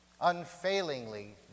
unfailingly